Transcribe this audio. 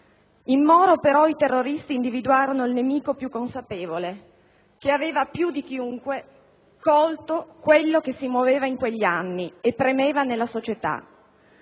In Moro però i terroristi individuarono il nemico più consapevole, che aveva più di chiunque colto quello che si muoveva in quegli anni e premeva nella società: